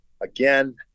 Again